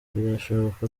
birashoboka